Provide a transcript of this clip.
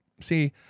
See